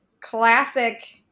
classic